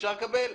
אפשר לקבל?